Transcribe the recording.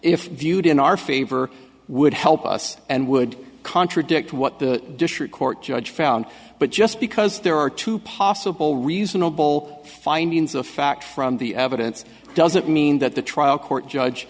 if viewed in our favor would help us and would contradict what the district court judge found but just because there are two possible reasonable findings of fact from the evidence doesn't mean that the trial court judge